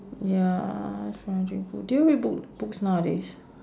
ya do you read bo~ books nowadays